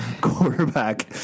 quarterback